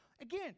Again